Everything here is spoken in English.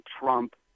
Trump